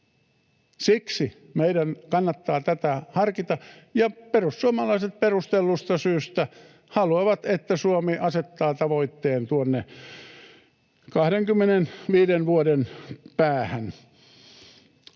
Siksi meidän kannattaa tätä harkita, ja perussuomalaiset perustellusta syystä haluavat, että Suomi asettaa tavoitteen tuonne 25 vuoden päähän.